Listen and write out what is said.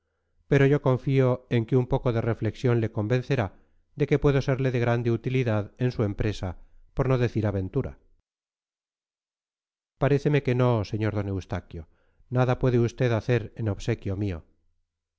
pero yo confío en que un poco de reflexión le convencerá de que puedo serle de grande utilidad en su empresa por no decir aventura paréceme que no sr d eustaquio nada puede usted hacer en obsequio mío